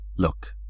Look